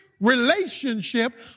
relationship